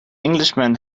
englishman